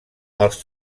els